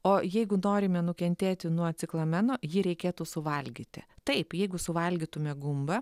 o jeigu norime nukentėti nuo ciklameno jį reikėtų suvalgyti taip jeigu suvalgytume gumbą